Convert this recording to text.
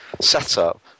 setup